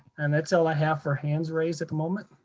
and that's all i have for hands raised at the moment.